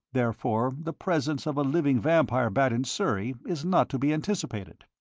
therefore the presence of a living vampire bat in surrey is not to be anticipated.